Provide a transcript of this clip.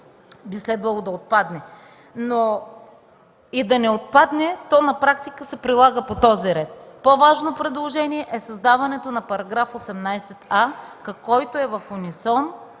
би следвало да отпадне. И да не отпадне, то на практика се прилага по този ред. По-важно предложение е за създаването на § 18а, който е в унисон